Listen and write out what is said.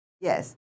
yes